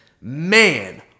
man